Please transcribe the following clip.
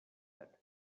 that